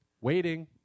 Waiting